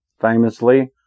famously